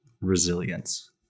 resilience